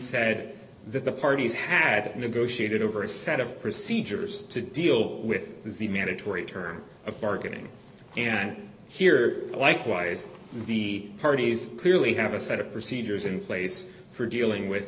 said that the parties had negotiated over a set of procedures to deal with the mandatory term of targeting and here likewise the parties clearly have a set of procedures in place for dealing with